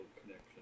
connection